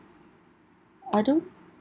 I don't